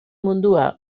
mundua